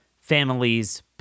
families